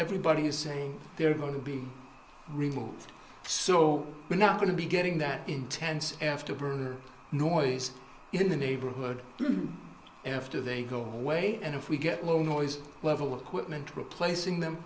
everybody is saying they're going to be removed so we're not going to be getting that intense afterburner noise in the neighborhood after they go away and if we get low noise level equipment replacing them